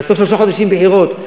ואחרי שלושה חודשים בחירות,